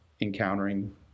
encountering